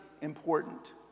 important